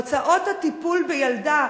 הוצאות הטיפול בילדה,